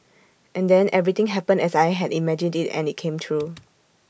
and then everything happened as I had imagined IT and IT came true